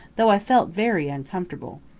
though i felt very uncomfortable.